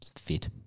fit